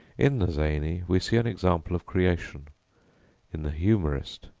in the zany we see an example of creation in the humorist,